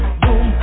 boom